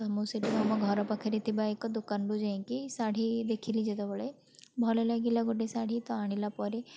ମୁଁ ସେଠୁ ଆମ ଘର ପାଖରେ ଥିବା ଏକ ଦୋକାନକୁ ଯାଇକି ଶାଢ଼ୀ ଦେଖିଲି ଯେତେବେଳେ ଭଲ ଲାଗିଲା ଗୋଟେ ଶାଢ଼ୀ ତ ଆଣିଲାପରେ